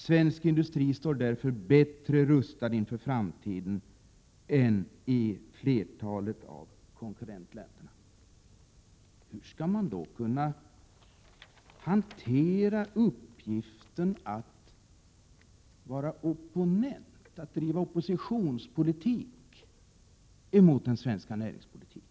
Svensk industri står därför bättre rustad inför framtiden än industrin i flertalet av konkurrentländerna. Hur skall man då hantera uppgiften att vara opponent, att driva oppositionspolitik mot den svenska näringspolitiken?